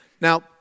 Now